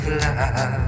love